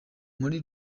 muri